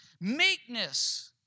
meekness